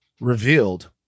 revealed